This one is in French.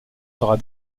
sera